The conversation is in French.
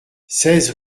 seize